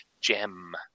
gem